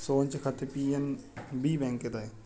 सोहनचे खाते पी.एन.बी बँकेत आहे